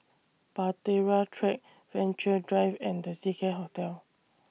Bahtera Track Venture Drive and The Seacare Hotel